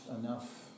enough